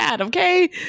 Okay